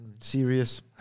Serious